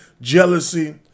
jealousy